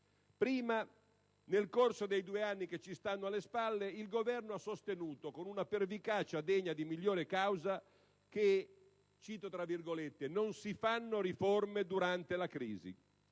Prima, nel corso dei due anni che ci stanno alle spalle, il Governo ha sostenuto, con una pervicacia degna di miglior causa, che "non si fanno riforme durante la crisi".